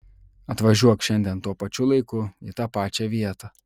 atvažiuok šiandien tuo pačiu laiku į tą pačią vietą